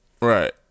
Right